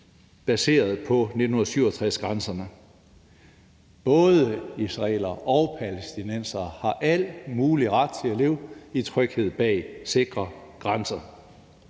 baseret på 1967-grænserne. Både israelere og palæstinensere har al mulig ret til at leve i tryghed bag sikre grænser.